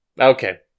Okay